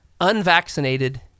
Unvaccinated